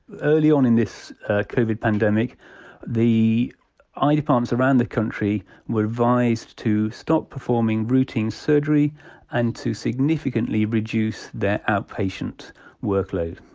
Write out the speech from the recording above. early on in this covid pandemic the eye departments around the country were advised to stop performing routine surgery and to significantly reduce their outpatient workload.